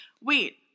wait